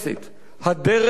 הדרך להצלה,